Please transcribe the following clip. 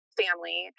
family